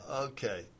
okay